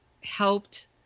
helped